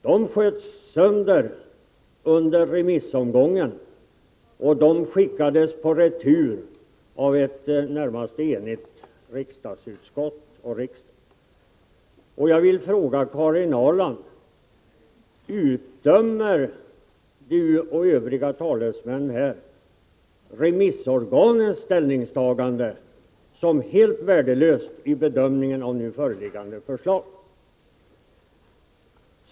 De sköts sönder under remissomgången, och de skickades i retur av ett närmast enigt riksdagsutskott och av riksdagen. Jag vill fråga Karin Ahrland: Utdömer ni och övriga talesmän här remissorganens ställningstagande som helt värdelöst vid bedömningen av nu föreliggande förslag?